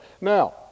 Now